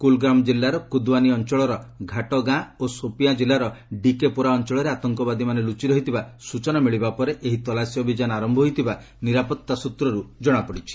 କୁଲ୍ଗାମ୍ କିଲ୍ଲାର କୁଦ୍ୱାନି ଅଞ୍ଚଳର ଘାଟ୍ ଗାଁ ଏବଂ ସୋପିଆଁ କିଲ୍ଲାର ଡିକେପୋରା ଅଞ୍ଚଳରେ ଆତଙ୍କବାଦୀମାନେ ଲୁଚି ରହିଥିବା ସୂଚନା ମିଳିବା ପରେ ଏହି ତଲାସି ଅଭିଯାନ ଆରମ୍ଭ ହୋଇଥିବା ନିରାପତ୍ତା ସୂତ୍ରରୁ ଜଣାପଡ଼ିଛି